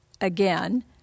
Again